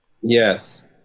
Yes